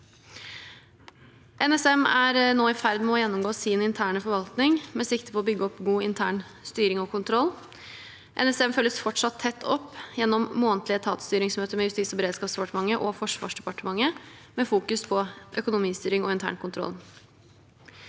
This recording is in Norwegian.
NSM er nå i ferd med å gjennomgå sin interne forvaltning med sikte på å bygge opp god intern styring og kontroll. NSM følges fortsatt tett opp gjennom månedlige etatsstyringsmøter med Justis- og beredskapsdepartementet og Forsvarsdepartementet, med økonomistyring og internkontroll